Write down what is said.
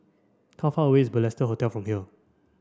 how far away is Balestier Hotel from here